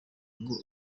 ngo